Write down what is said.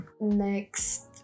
next